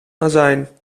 azijn